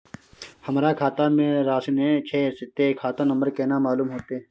हमरा खाता में राशि ने छै ते खाता नंबर केना मालूम होते?